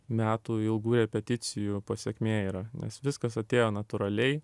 metų ilgų repeticijų pasekmė yra nes viskas atėjo natūraliai